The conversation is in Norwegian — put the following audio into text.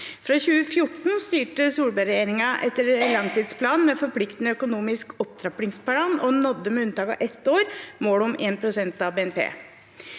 Fra 2014 styrte Solberg-regjeringen etter langtidsplanen, med en forpliktende økonomisk opptrappingsplan, og nådde, med unntak av ett år, målet om 1 pst. av BNP.